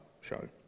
show